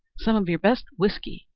some of your best whisky,